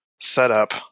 setup